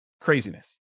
craziness